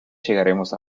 llegaremos